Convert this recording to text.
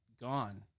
gone